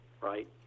right